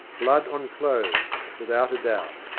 blood on clothes, without a doubt.